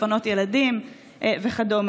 לפנות ילדים וכדומה.